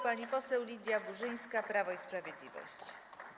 Pani poseł Lidia Burzyńska, Prawo i Sprawiedliwość.